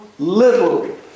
Little